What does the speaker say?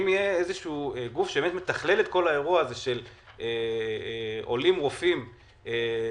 אם יהיה גוף שמתכלל את כל האירוע הזה של עולים רופאים למדינה,